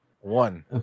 One